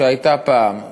שהייתה פעם,